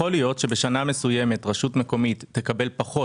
יכול להיות שבשנה מסוימת רשות מקומית אחת תקבל פחות